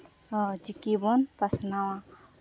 ᱱᱚᱣᱟ ᱪᱤᱠᱤ ᱵᱚᱱ ᱯᱟᱥᱱᱟᱣᱟ